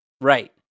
Right